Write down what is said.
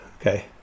Okay